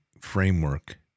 framework